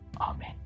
Amen